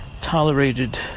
tolerated